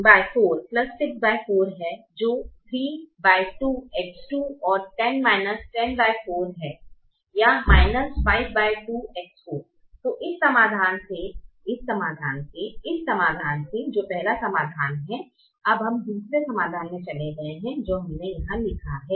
तो इस पहले समाधान से इस दूसरे समाधान से इस तीसरे समाधान से जो पहला समाधान है हम अब दूसरे समाधान में चले गए हैं जो हमने यहां लिखा है